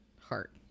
heart